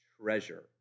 Treasure